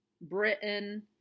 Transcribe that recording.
Britain